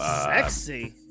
sexy